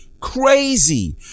crazy